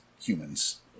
humans